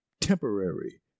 temporary